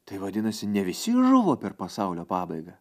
tai vadinasi ne visi žuvo per pasaulio pabaigą